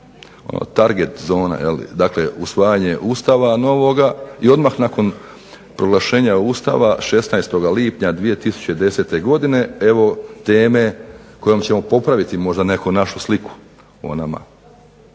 target zona, dakle usvajanje Ustava novoga i odmah nakon proglašenja Ustava 16. lipnja 2010. godine evo teme kojom ćemo popraviti možda netko našu sliku